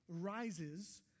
rises